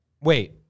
wait